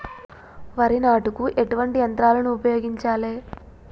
వరి నాటుకు ఎటువంటి యంత్రాలను ఉపయోగించాలే?